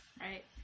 Right